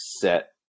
set